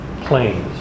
planes